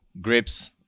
Grips